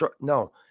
no